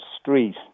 street